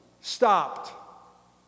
stopped